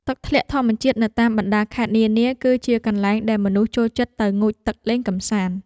ទឹកធ្លាក់ធម្មជាតិនៅតាមបណ្តាខេត្តនានា គឺជាកន្លែងដែលមនុស្សចូលចិត្តទៅងូតទឹកលេងកម្សាន្ត។